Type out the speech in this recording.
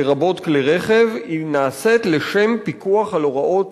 לרבות כלי-רכב, נעשית לשם פיקוח על הוראות